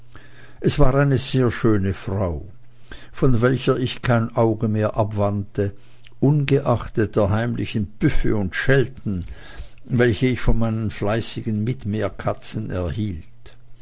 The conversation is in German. es war eine sehr schöne frau von welcher ich kein auge mehr abwandte ungeachtet der heimlichen püffe und schelten welche ich von meinen fleißigen mitmeerkatzen erhielt